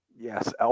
Yes